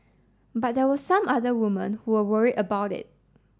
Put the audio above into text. but there were some other women who were worried about it